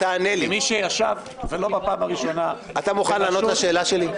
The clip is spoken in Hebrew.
כמי שישב ולא בפעם הראשונה בראשות --- אתה מוכן לענות לשאלה שלי?